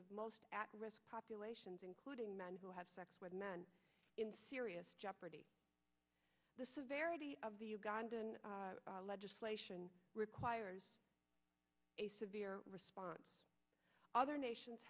of most at risk populations including men who have sex with men in serious jeopardy the severity of the ugandan legislation requires a severe response other nations